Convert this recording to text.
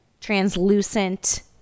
translucent